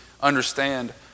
understand